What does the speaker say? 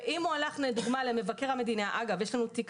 אם הוא הלך למבקר המדינה יש לנו תיק